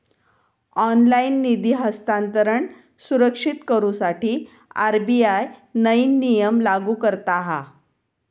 online निधी हस्तांतरण सुरक्षित करुसाठी आर.बी.आय नईन नियम लागू करता हा